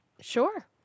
Sure